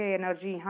energy